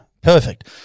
Perfect